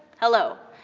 hello,